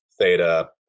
theta